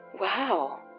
Wow